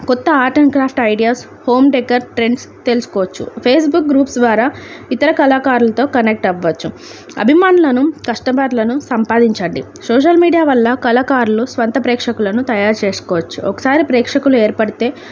కొత్త art and craft ideas home decor trends తెలుసుకోవచ్చు Facebook groups ద్వారా ఇతర కళాకారులతో కనెక్ట్ అవ్వచ్చు అభిమాన్లను కస్టమర్లను సంపాదించండి సోషల్ మీడియా వల్ల కళాకారులు స్వంత ప్రేక్షకులను తయారు చేసుకోవచ్చు ఒకసారి ప్రేక్షకులు ఏర్పడితే